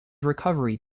recovery